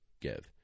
Give